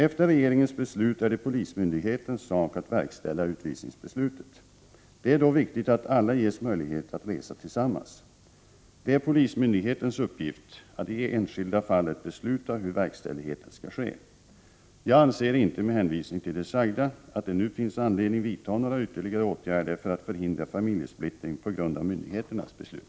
Efter regeringens beslut är det polismyndighetens sak att verkställa utvisningsbeslutet. Det är då viktigt att alla ges möjlighet att resa tillsammans. Det är polismyndighetens uppgift att i det enskilda fallet besluta hur verkställighet skall ske. Jag anser inte med hänvisning till det sagda att det nu finns anledning vidta några ytterligare åtgärder för att förhindra familjesplittring på grund av myndigheternas beslut.